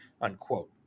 unquote